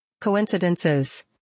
coincidences